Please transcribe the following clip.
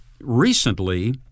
recently